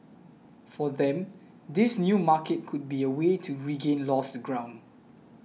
for them this new market could be a way to regain lost ground